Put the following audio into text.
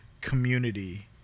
community